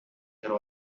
their